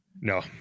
No